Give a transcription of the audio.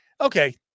okay